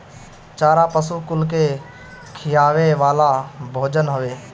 चारा पशु कुल के खियावे वाला भोजन हवे